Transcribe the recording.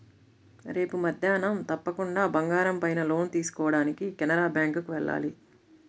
రేపు మద్దేన్నం తప్పకుండా బంగారం పైన లోన్ తీసుకోడానికి కెనరా బ్యేంకుకి వెళ్ళాలి